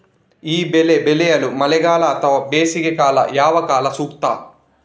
ಈ ಬೆಳೆ ಬೆಳೆಯಲು ಮಳೆಗಾಲ ಅಥವಾ ಬೇಸಿಗೆಕಾಲ ಯಾವ ಕಾಲ ಸೂಕ್ತ?